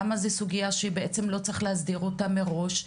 למה זו סוגיה שבעצם לא צריך להסדיר אותה מראש?